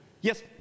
Yes